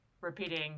repeating